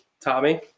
Tommy